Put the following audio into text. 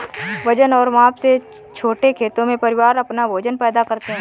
वजन और माप से छोटे खेतों में, परिवार अपना भोजन पैदा करते है